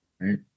Right